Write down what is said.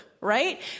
Right